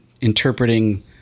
interpreting